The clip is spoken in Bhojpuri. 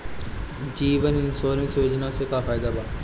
जीवन इन्शुरन्स योजना से का फायदा बा?